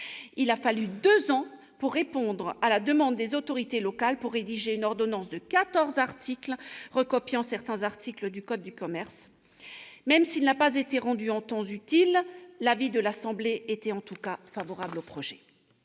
il a fallu deux ans pour répondre à la demande des autorités locales, pour rédiger une ordonnance de quatorze articles recopiant certains articles du code de commerce ... Même s'il n'a pas été rendu en temps utile, l'avis de l'assemblée était en tout cas favorable au projet.